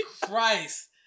Christ